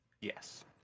Yes